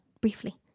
briefly